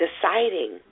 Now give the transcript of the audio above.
deciding